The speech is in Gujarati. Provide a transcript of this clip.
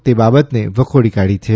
તે બાબતને વખોડી કાઢી છે